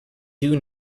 due